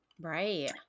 Right